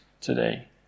today